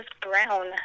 brown